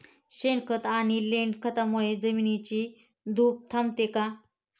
शेणखत आणि लेंडी खतांमुळे जमिनीची धूप थांबेल का?